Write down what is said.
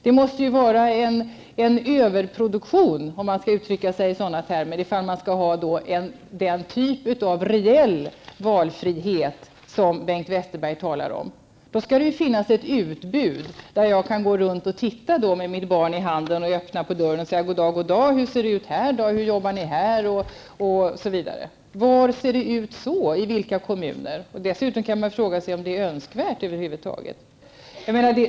Det måste vara en överproduktion, om man nu skall uttrycka sig i sådana termer, för att det skall finnas den typ av reell valfrihet som Bengt Westerberg talar om. Då skall det finnas ett utbud så att jag kan gå runt och titta med mitt barn, öppna på dörrarna och fråga hur det är och hur man arbetar inom de olika barnomsorgsformerna. Men i vilka kommuner ser det ut på det viset? Dessutom kan man fråga sig om det över huvud taget är önskvärt.